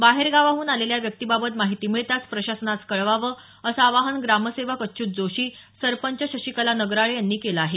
बाहेरगावाहून आलेल्या व्यक्तीबाबत माहिती मिळताच प्रशासनास कळवावं असं आवाहन ग्रामसेवक अच्युत जोशी सरपंच शशिकला नगराळे यांनी केलं आहे